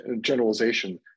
generalization